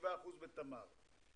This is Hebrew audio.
47% בתמר.